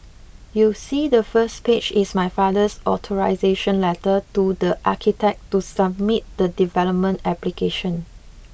you see the first page is my father's authorisation letter to the architect to submit the development application